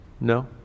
No